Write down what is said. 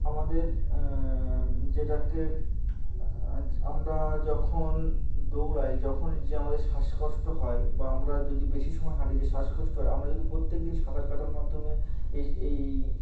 আমাদের যেটাকে আমরা যখন দৌড়াই যখন যে আমাদের শ্বাসকষ্ট হয় বা আমরা যদি বেশি সময় হাঁটিি যে শ্বাসকষ্ট হয় আমরা যদি প্রত্যেকদিন সাঁতার কাটার মাধ্যমে এই এই